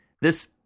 this-